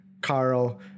Carl